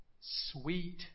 sweet